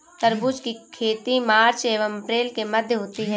तरबूज की खेती मार्च एंव अप्रैल के मध्य होती है